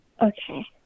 Okay